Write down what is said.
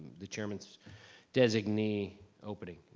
the chairman's designee opening,